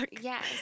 Yes